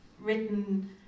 written